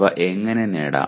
അവ എങ്ങനെ നേടാം